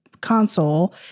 Console